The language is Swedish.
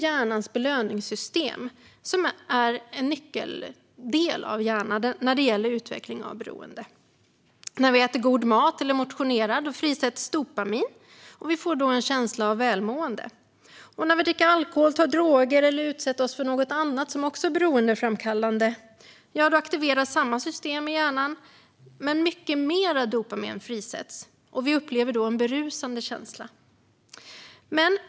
Hjärnans belöningssystem är en nyckel när det gäller utveckling av beroende. När vi äter god mat eller motionerar frisätts dopamin, och vi får en känsla av välmående. När vi dricker alkohol, tar droger eller utsätter oss för något annat som är beroendeframkallande aktiveras samma system i hjärnan, men mycket mer dopamin frisätts. Vi upplever då en berusande känsla.